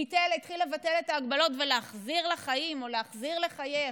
ביטל את ההגבלות ולהחזיר לחיים או להחזיר לחייך,